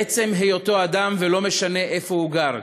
מעצם היותו אדם, ולא משנה איפה הוא גר,